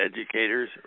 educators